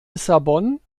lissabon